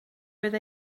oedd